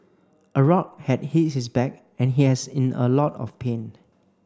a rock had hit his back and he has in a lot of pain